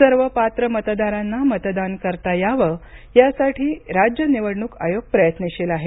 सर्व पात्र मतदारांना मतदान करता यावं यासाठी राज्य निवडणूक आयोग प्रयत्नशील आहे